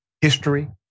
history